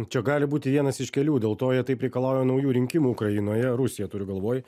čia gali būti vienas iš kelių dėl to jie taip reikalauja naujų rinkimų ukrainoje rusija turiu galvoj